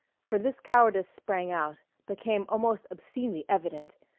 for this cowardice sprang out, became almost obscenely evident,